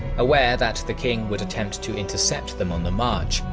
aware that the king would attempt to intercept them on the march,